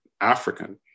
African